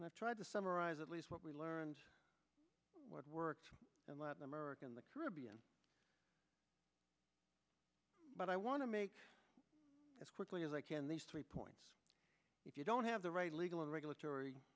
and i tried to summarize at least what we learned what worked in latin america in the caribbean but i want to make as quickly as i can these three points if you don't have the right legal and regulatory